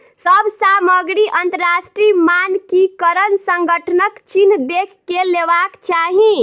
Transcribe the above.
सभ सामग्री अंतरराष्ट्रीय मानकीकरण संगठनक चिन्ह देख के लेवाक चाही